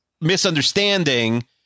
misunderstanding